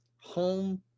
home